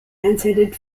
intended